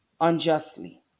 unjustly